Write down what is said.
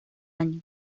año